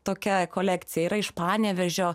tokia kolekcija yra iš panevėžio